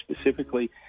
specifically